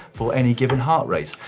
for any given heart rate.